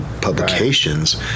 publications